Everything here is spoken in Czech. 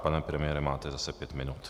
Pane premiére, máte zase pět minut.